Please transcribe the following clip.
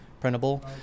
printable